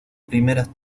primeras